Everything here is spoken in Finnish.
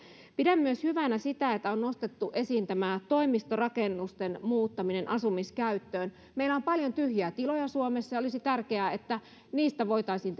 pidän myös hyvänä sitä että on nostettu esiin tämä toimistorakennusten muuttaminen asumiskäyttöön meillä on paljon tyhjiä tiloja suomessa ja olisi tärkeää että niistä voitaisiin